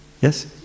Yes